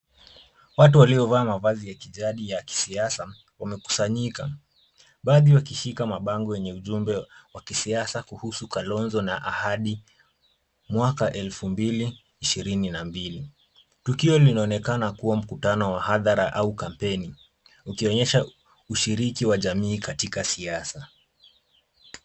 Watu waliovaa mavazi ya kijadi ya kisiasa wamekusanyika baadhi wakishika mabango yenye ujumbe wa kisiasa kuhusu Kalonzo na ahadi mwaka elfu ishirini na mbili. Tukio linaonekana kuwa mkutano wa hadhara au kampeni ukionyesha ushiriki wa jamii katika siasa.